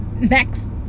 Next